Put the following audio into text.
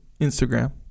Instagram